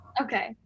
Okay